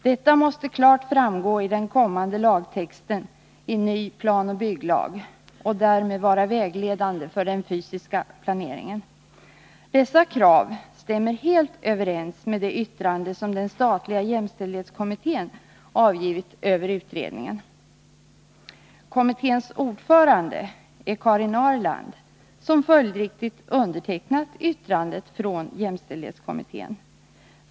Detta måste klart framgå i den kommande lagtexten i ny planoch bygglag och därmed vara vägledande för den fysiska planeringen. Dessa krav stämmer helt överens med det yttrande som den statliga jämställdhetskommittén avgivit över utredningen. Kommitténs ordförande är Karin Ahrland, som följdriktigt undertecknat yttrandet från jämställdhetskommittén.